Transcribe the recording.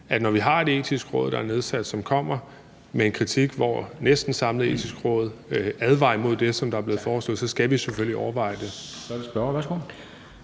at når vi har Det Etiske Råd, som er nedsat, og som kommer med en kritik, hvor næsten et samlet råd advarer imod det, som er blevet foreslået, så skal vi selvfølgelig overveje det.